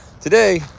today